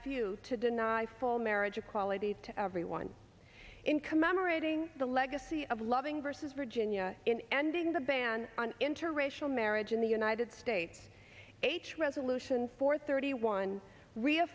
few to deny full marriage equality to everyone in commemorating the legacy of loving versus virginia in ending the ban on interracial marriage in the united states h resolution four thirty one rea